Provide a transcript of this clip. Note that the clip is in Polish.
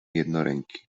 jednoręki